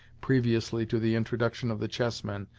previously to the introduction of the chess men,